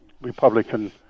Republican